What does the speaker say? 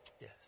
Yes